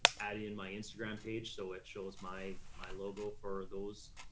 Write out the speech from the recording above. add in my instagram page. so it shows my, my logo for those,